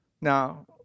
Now